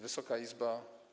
Wysoka Izbo!